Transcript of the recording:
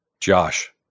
Josh